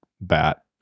bat